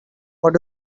what